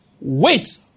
Wait